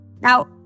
Now